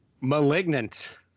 malignant